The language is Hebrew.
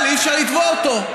אבל אי-אפשר לתבוע אותו.